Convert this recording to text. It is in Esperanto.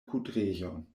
kudrejon